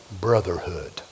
brotherhood